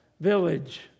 village